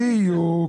בדיוק.